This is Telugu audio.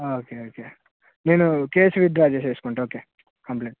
ఓకే ఓకే నేను కేసు విత్డ్రా చేసేసుకుంటా ఓకే కంప్లైంట్